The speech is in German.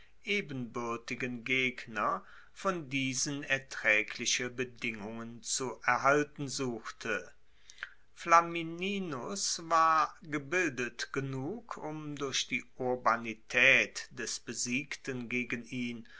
ebenbuertigen gegner von diesen ertraegliche bedingungen zu erhalten suchte flamininus war gebildet genug um durch die urbanitaet des besiegten gegen ihn